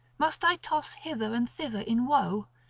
must i toss hither and thither in woe?